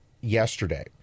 yesterday